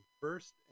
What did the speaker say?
first